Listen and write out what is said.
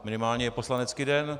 Minimálně je poslanecký den!